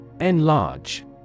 Enlarge